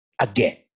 again